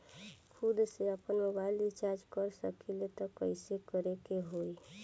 खुद से आपनमोबाइल रीचार्ज कर सकिले त कइसे करे के होई?